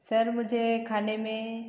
sir मुझे खाने में